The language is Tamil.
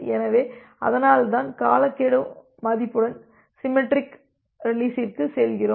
எனவே அதனால்தான் காலக்கெடு மதிப்புடன் சிமெட்ரிக் ரீலிஸ்ற்கு செல்கிறோம்